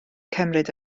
cymryd